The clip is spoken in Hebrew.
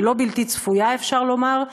ולא בלתי צפויה אפשר לומר.